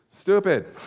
Stupid